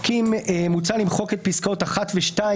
מוצע למחוק את פסקאות (1) ו-(2)